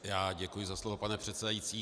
Já děkuji za slovo, pane předsedající.